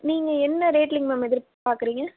நீங்கள் என்ன ரேட்லங்க மேம் எதிர்பார்க்குறீங்க